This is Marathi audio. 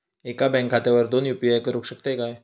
एका बँक खात्यावर दोन यू.पी.आय करुक शकतय काय?